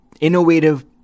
innovative